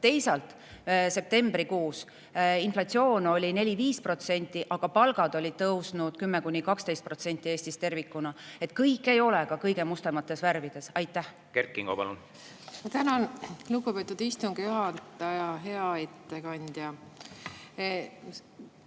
Teisalt, septembrikuus inflatsioon oli 4–5%, aga palgad olid tõusnud 10–12% Eestis tervikuna. Kõik ei ole ka kõige mustemates värvides. Kert Kingo, palun! Kert Kingo, palun! Tänan, lugupeetud istungi juhataja! Hea ettekandja!